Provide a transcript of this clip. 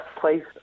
place